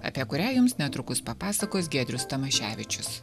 apie kurią jums netrukus papasakos giedrius tamaševičius